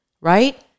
right